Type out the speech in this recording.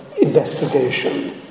investigation